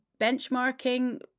benchmarking